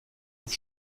auf